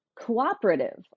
cooperative